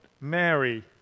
Mary